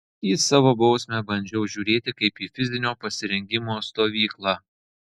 į savo bausmę bandžiau žiūrėti kaip į fizinio pasirengimo stovyklą